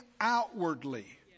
outwardly